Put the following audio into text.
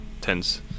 tense